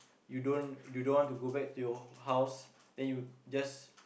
you don't you don't want to go back to your house then you just